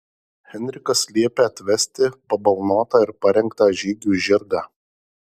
henrikas liepia atvesti pabalnotą ir parengtą žygiui žirgą